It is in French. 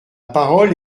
parole